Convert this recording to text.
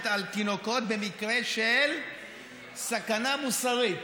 על תינוקות במקרה של סכנה 'מוסרית'"